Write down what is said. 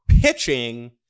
pitching